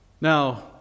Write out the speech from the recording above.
Now